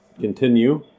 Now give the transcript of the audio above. continue